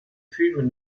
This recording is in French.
film